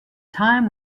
time